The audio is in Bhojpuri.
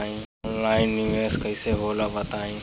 ऑनलाइन निवेस कइसे होला बताईं?